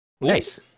Nice